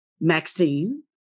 Maxine